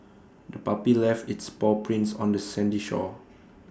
the puppy left its paw prints on the sandy shore